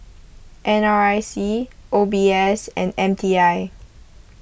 N R I C O B S and M T I